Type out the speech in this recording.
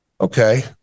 okay